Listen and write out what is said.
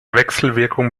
wechselwirkung